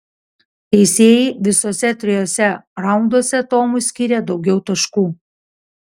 teisėjai visuose trijuose raunduose tomui skyrė daugiau taškų